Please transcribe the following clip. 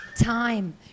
time